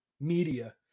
media